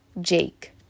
Jake